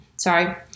Sorry